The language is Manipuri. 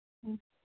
ꯎꯝ